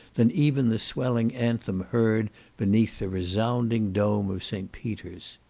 than even the swelling anthem heard beneath the resounding dome of st. peter's.